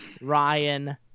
Ryan